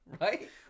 Right